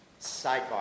Sidebar